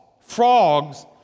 frogs